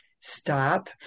stop